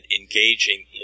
engaging